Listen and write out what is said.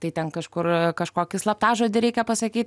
tai ten kažkur kažkokį slaptažodį reikia pasakyti